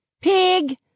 Pig